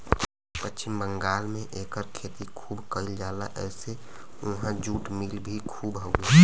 पश्चिम बंगाल में एकर खेती खूब कइल जाला एसे उहाँ जुट मिल भी खूब हउवे